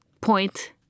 point